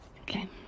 Okay